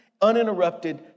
uninterrupted